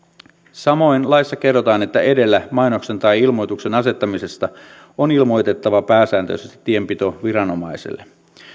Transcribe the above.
samoin laissa kerrotaan että edellä tarkoitetun mainoksen tai ilmoituksen asettamisesta on ilmoitettava pääsääntöisesti tienpitoviranomaiselle